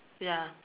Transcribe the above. ya